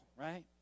right